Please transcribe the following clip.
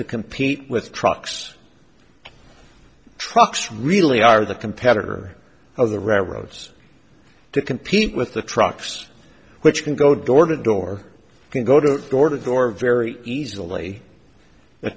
to compete with trucks trucks really are the competitor of the railroads to compete with the trucks which can go door to door can go to door to door very easily a